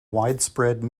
widespread